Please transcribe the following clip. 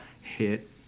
hit